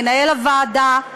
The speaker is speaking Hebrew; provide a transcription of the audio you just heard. מנהל הוועדה,